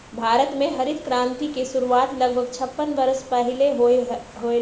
भारत में हरित क्रांति के शुरुआत लगभग छप्पन वर्ष पहीले होलय हल